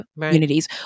communities